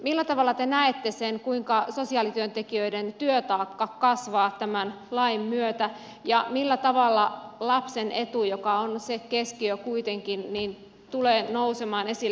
millä tavalla te näette sen kuinka sosiaalityöntekijöiden työtaakka kasvaa tämän lain myötä ja millä tavalla lapsen etu joka on keskiössä kuitenkin tulee nousemaan esille